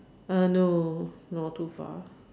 uh no no too far